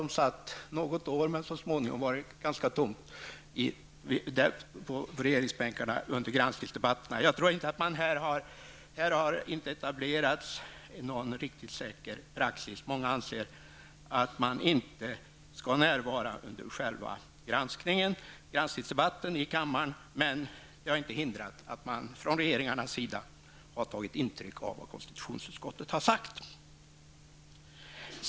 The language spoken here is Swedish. De satt här något år, men så småningom blev det ganska tomt på regeringsbänkarna under granskningsdebatterna. Jag tror att det här inte har etablerats någon riktigt säker praxis. Många anser att statsråden inte skall närvara under själva granskningsdebatten i kammaren. Men det har inte hindrat att man från regeringarnas sida har tagit intryck av vad konstitutionsutskottet har sagt.